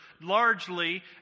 largely